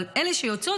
אבל אלה שיוצאות,